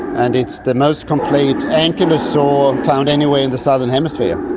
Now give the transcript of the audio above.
and it's the most complete ankylosaur found anywhere in the southern hemisphere.